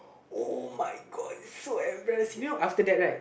uh my god so embarrassing you know after that right